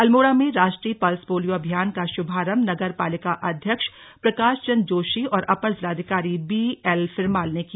अल्मोडा में राष्ट्रीय pulse polio अभियान का शुभारंभ नगर पालिका अध्यक्ष प्रकाश चंद्र जोशी और अपर जिलाधिकारी बी एल फिरमाल ने किया